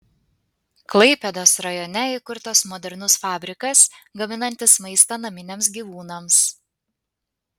klaipėdos rajone įkurtas modernus fabrikas gaminantis maistą naminiams gyvūnams